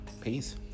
Peace